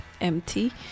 empty